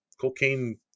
cocaine